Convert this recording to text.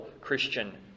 Christian